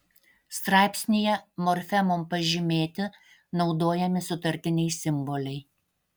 straipsnyje morfemom pažymėti naudojami sutartiniai simboliai